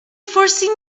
forcing